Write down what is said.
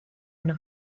yno